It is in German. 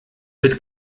mit